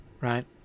right